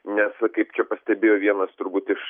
nes va kaip čia pastebėjo vienas turbūt iš